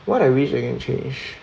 what I wish I can change